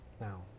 now